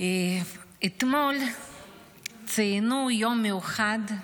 אתמול ציינו יום מיוחד,